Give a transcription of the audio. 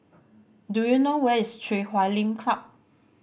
do you know where is Chui Huay Lim Club